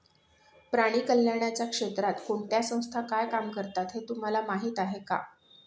प्राणी कल्याणाच्या क्षेत्रात कोणत्या संस्था काय काम करतात हे तुम्हाला माहीत आहे का?